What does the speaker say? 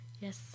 Yes